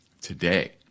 today